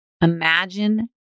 Imagine